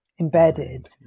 embedded